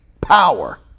power